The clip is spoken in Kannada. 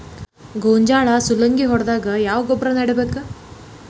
ಗೋಂಜಾಳ ಸುಲಂಗೇ ಹೊಡೆದಾಗ ಯಾವ ಗೊಬ್ಬರ ನೇಡಬೇಕು?